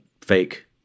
fake